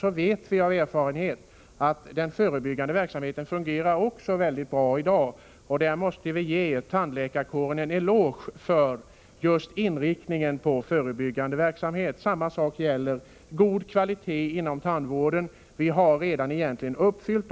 Vi vet av erfarenhet att också den verksamheten fungerar väldigt bra i dag, och vi måste ge tandläkarkåren en eloge just för inriktningen på förebyggande verksamhet. Samma sak gäller målsättningen om god kvalitet inom tandvården. Det målet är egentligen redan uppfyllt.